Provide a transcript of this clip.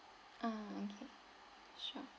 um okay sure